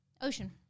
Ocean